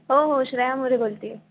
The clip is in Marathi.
हो हो श्रेया मोरे बोलते आहे